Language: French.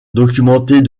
documentés